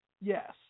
yes